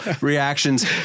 reactions